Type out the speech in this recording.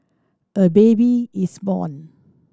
a baby is born